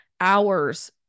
hours